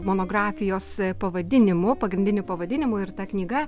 monografijos pavadinimu pagrindiniu pavadinimu ir ta knyga